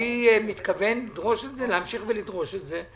אני מתכוון להמשיך ולדרוש את זה.